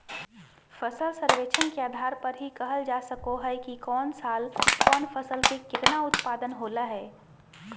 फसल सर्वेक्षण के आधार पर ही कहल जा सको हय कि कौन साल कौन फसल के केतना उत्पादन होलय हें